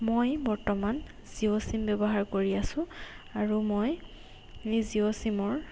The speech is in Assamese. মই বৰ্তমান জিঅ' চিম ব্যৱহাৰ কৰি আছোঁ আৰু মই জিঅ' চিমৰ